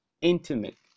intimate